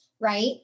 Right